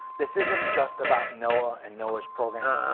this isn't just about noaa and noaa's program,